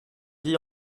dit